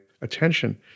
attention